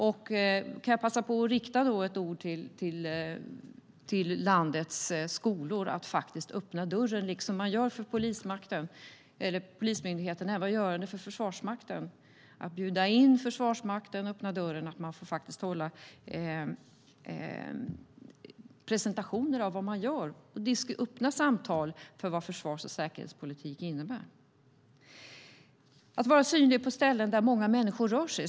Jag kan passa på att rikta ett ord till landets skolor att öppna dörren för Försvarsmakten, liksom skolorna gör för polismyndigheterna, att hålla presentationer och föra samtal om försvars och säkerhetspolitik. Sedan har vi frågan om att vara synlig på ställen där många människor rör sig.